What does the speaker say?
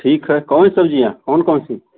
ठीक है कौन सब्जियाँ कौन कौनसी